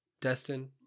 Destin